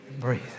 Breathe